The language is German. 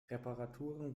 reparaturen